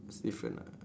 it's different ah